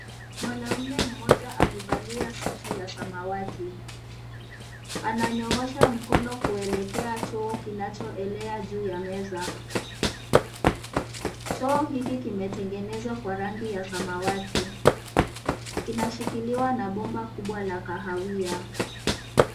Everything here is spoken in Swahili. Mwanaume mmoja amevalia suti ya samawati. Ananyoosha mkono kuelekea choo kinachoelea juu ya meza. Choo hiki kimetengenezwa kwa rangi ya samawati kinashikiliwa na bomba kubwa la kahawia.